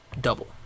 double